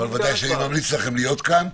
אבל ודאי שאני ממליץ לכם להיות כאן.